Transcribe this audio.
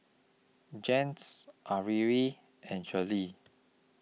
Jens Averi and Shirley